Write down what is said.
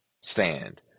stand